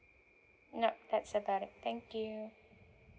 nop that's about it thank you